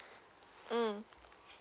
mm